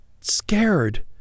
Scared